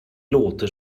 låter